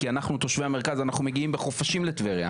כי אנחנו תושבי המרכז אנחנו מגיעים בחופשים לטבריה.